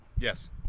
Yes